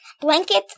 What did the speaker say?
blankets